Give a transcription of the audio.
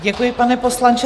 Děkuji, pane poslanče.